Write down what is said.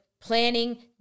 planning